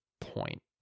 point